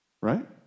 Right